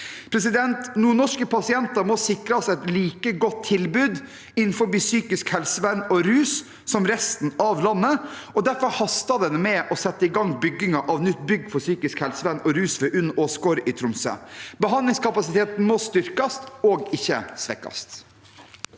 Tromsø. Nordnorske pasienter må sikres et like godt tilbud innenfor psykisk helsevern og rus som resten av landet, og derfor haster det med å sette i gang byggingen av nytt bygg for psykisk helsevern og rus ved UNN Åsgård i Tromsø. Behandlingskapasiteten må styrkes, ikke svekkes.